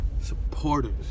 supporters